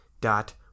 dot